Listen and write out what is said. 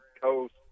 coast